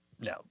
no